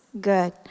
good